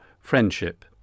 Friendship